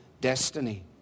destiny